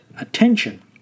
attention